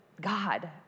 God